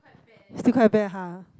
still quite bad uh